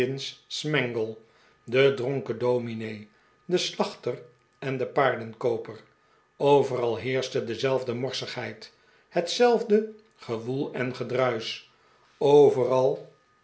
smangle de dronken dominee de slachter en de paardenkooper overal heerschte dezelfde morsigheid hetzelfde gewoel en gedruisch overal